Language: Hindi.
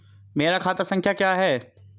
मेरा खाता संख्या क्या है?